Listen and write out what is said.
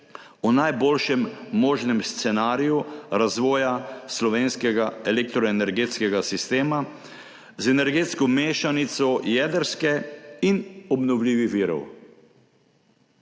o najboljšem možnem scenariju razvoja slovenskega elektroenergetskega sistema z energetsko mešanico jedrske in obnovljivih virov.